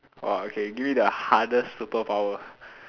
!wah! okay give me the hardest superpower